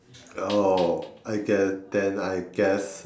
oh I guess then I guess